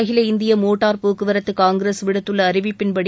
அகில இந்திய மோட்டார் போக்குவரத்து காங்கிரஸ் விடுத்துள்ள அறிவிப்பின்படி